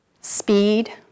speed